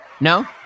No